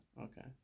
okay